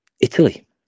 Italy